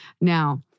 Now